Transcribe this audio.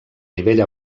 nivell